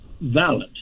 valid